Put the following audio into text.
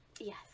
Yes